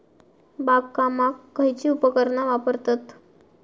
बागकामाक खयची उपकरणा वापरतत?